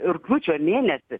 rugpjūčio mėnesį